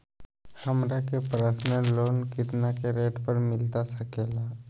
हमरा के personal loan कितना के रेट पर मिलता सके ला?